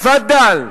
תפאדל,